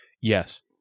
Yes